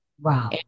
Wow